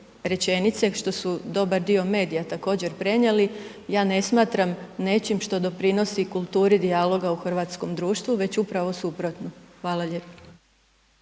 rečenice, što su dobar dio medija također prenijeli, ja ne smatram nečim što doprinosi kulturi dijaloga u hrvatskom društvu, već upravo suprotno. Hvala lijepo.